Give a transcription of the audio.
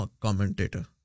commentator